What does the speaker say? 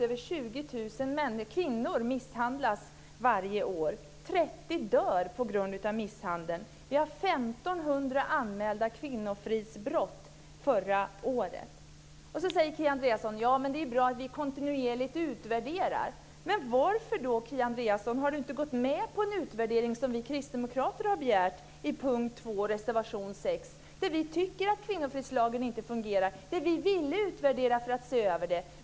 Över 20 000 kvinnor misshandlas varje år. 30 Sedan säger Kia Andreasson att det är bra med en kontinuerlig utvärdering. Men varför har då inte Kia Andreasson ställt sig bakom den utredning som vi har föreslagit under punkt 2, reservation 6? Vi anser att kvinnofridslagen inte fungerar, och vi vill att den ska utvärderas.